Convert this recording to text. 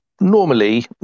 normally